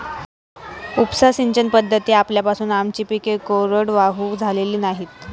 उपसा सिंचन पद्धती आल्यापासून आमची पिके कोरडवाहू झालेली नाहीत